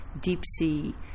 deep-sea